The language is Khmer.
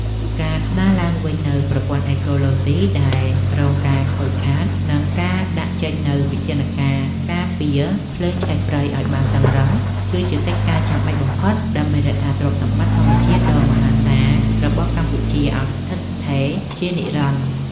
ការស្ដារឡើងវិញនូវប្រព័ន្ធអេកូឡូស៊ីដែលរងការខូចខាត និងការដាក់ចេញនូវវិធានការការពារភ្លើងឆេះព្រៃឱ្យបានតឹងរ៉ឹង គឺជាកិច្ចការចាំបាច់បំផុតដើម្បីរក្សាទ្រព្យសម្បត្តិធម្មជាតិដ៏មហាសាលរបស់កម្ពុជាឱ្យស្ថិតស្ថេរជានិរន្តរ៍។